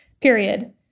Period